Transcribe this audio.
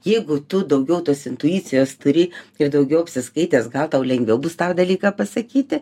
jeigu tu daugiau tos intuicijos turi ir daugiau apsiskaitęs gal tau lengviau bus tą dalyką pasakyti